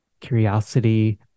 curiosity